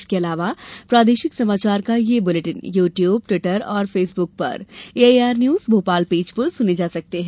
इसके अलावा प्रादेशिक समाचार बुलेटिन यू द्यूब ट्विटर और फेसबुक पर एआईआर न्यूज भोपाल पेज पर सुने जा सकते हैं